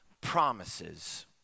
promises